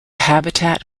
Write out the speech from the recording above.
habitat